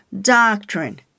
doctrine